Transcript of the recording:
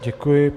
Děkuji.